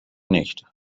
nicht